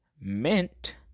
mint